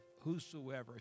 Whosoever